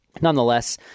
Nonetheless